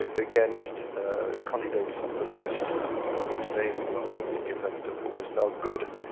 ah against a candidate from the left whose name will not be given, but who was no good,